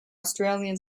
australian